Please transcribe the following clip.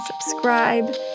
subscribe